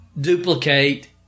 duplicate